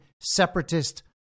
separatist